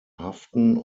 haften